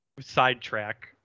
Sidetrack